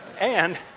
and